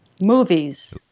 movies